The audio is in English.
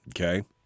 Okay